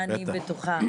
אני בטוחה.